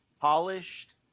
polished